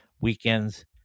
weekends